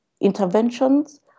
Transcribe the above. interventions